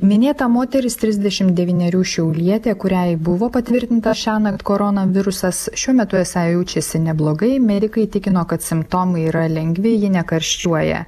minėta moteris trisdešimt devynerių šiaulietė kuriai buvo patvirtinta šiąnakt koronavirusas šiuo metu esą jaučiasi neblogai medikai tikino kad simptomai yra lengvi ji nekarščiuoja